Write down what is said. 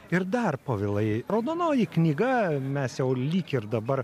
ir dar povilai raudonoji knyga mes jau lyg ir dabar